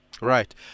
Right